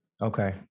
Okay